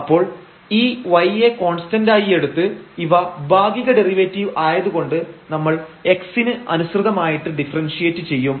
അപ്പോൾ ഈ y യെ കോൺസ്റ്റൻഡായി എടുത്ത് ഇവ ഭാഗിക ഡെറിവേറ്റീവ് ആയതുകൊണ്ട് നമ്മൾ x ന് അനുസൃതമായിട്ട് ഡിഫറൻഷ്യേറ്റ് ചെയ്യും